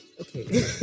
okay